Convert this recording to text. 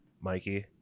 Mikey